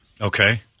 Okay